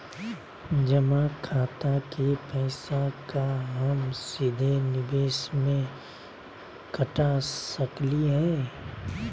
जमा खाता के पैसा का हम सीधे निवेस में कटा सकली हई?